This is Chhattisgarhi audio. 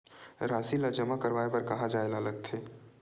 राशि ला जमा करवाय बर कहां जाए ला लगथे